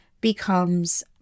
becomes